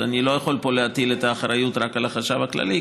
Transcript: אני לא יכול פה להטיל את האחריות רק על החשב הכללי,